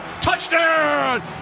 Touchdown